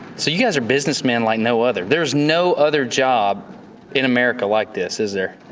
so you guys are businessmen like no other. there's no other job in america like this, is there?